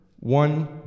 One